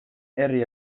herri